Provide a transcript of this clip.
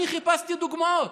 אני חיפשתי דוגמאות: